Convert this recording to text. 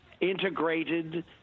integrated